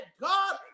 God